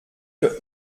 für